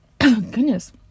Goodness